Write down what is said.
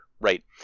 right